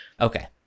okay